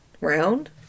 round